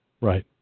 Right